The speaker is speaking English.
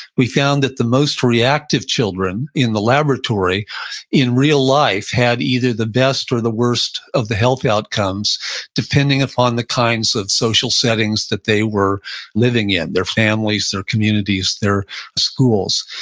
we found that the most reactive children in the laboratory in real life had either the best or the worst of the healthy outcomes depending upon the kinds of social settings that they were living in, their families, their communities, their schools.